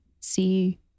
see